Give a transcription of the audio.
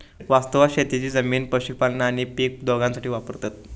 वास्तवात शेतीची जमीन पशुपालन आणि पीक दोघांसाठी वापरतत